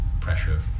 pressure